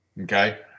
okay